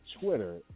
Twitter